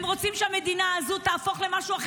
תודה,